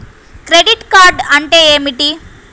Credit card అంటే ఏమిటి?